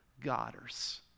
godders